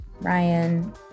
Ryan